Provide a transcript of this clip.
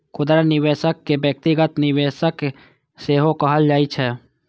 खुदरा निवेशक कें व्यक्तिगत निवेशक सेहो कहल जाइ छै